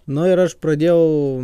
nu ir aš pradėjau